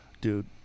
Dude